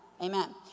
Amen